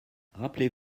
rappelez